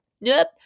Nope